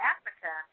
Africa